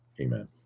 Amen